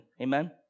amen